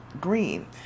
Green